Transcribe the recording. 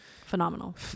phenomenal